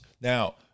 Now